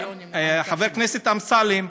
חבר הכנסת אמסלם,